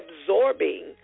absorbing